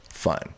fun